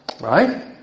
Right